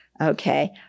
Okay